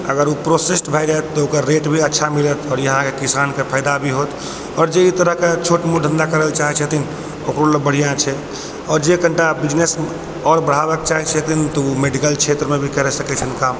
अगर ओ प्रॉसेस्ड भए जाइत तऽ ओकर रेट भी अच्छा मिलत आओर इहाँके किसान के फायदा भी होइतै आओर जे ई तरह के छोट मोट धन्धा करै लए चाहै छथिन ओकरो लए बढ़िऑं छै आओर जे कनिटा बिजनेस आओर बढ़ाबक चाहै छथिन ओ मेडिकल क्षेत्र मे भी करि सकै छथिन काम